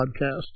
podcast